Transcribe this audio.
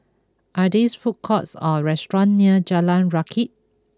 are there food courts or restaurant near Jalan Rakit